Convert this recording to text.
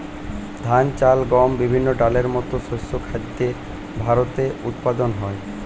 ধান, চাল, গম, বিভিন্ন ডালের মতো শস্য খাদ্য ভারতে উৎপাদন হয়